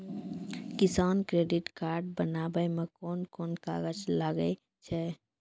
किसान credit card बनाबै मे कोन कोन कागज लागै छै?